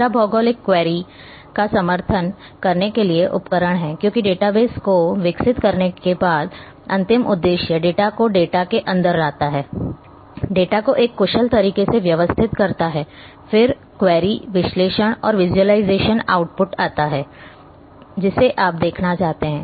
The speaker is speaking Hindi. तीसरा भौगोलिक क्वेरी का समर्थन करने के लिए उपकरण है क्योंकि डेटाबेस को विकसित करने के बाद अंतिम उद्देश्य डेटा को डेटा के अंदर लाता है डेटा को एक कुशल तरीके से व्यवस्थित करता है फिर क्वेरी विश्लेषण और विज़ुअलाइज़ेशन आउटपुट आता है जिसे आप देखना चाहते हैं